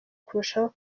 kurushaho